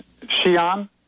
Xi'an